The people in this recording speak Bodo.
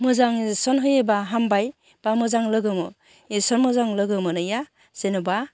मोजां इनजिकसन होयोबा हामबाय बा मोजां लोगो इनजिकसन मोजां लोगो मोनहैया जेन'बा